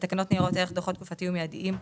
לתקנות ניירות ערך (דוחות תקופתיים ומיידיים),